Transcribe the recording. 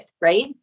Right